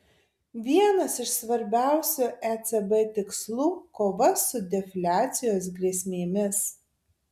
vienas iš svarbiausių ecb tikslų kova su defliacijos grėsmėmis